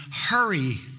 hurry